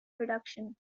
production